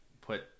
put